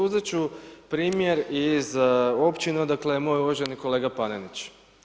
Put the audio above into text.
Uzet ću primjer iz Općine odakle je moj uvaženi kolega Panenić.